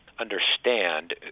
understand